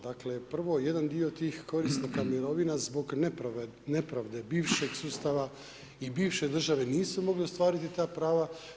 Dakle prvo jedan dio tih korisnika mirovina zbog nepravde bivšeg sustava i bivše države nisu mogli ostvariti ta prava.